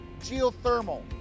geothermal